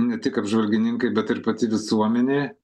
ne tik apžvalgininkai bet ir pati visuomenė